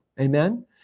Amen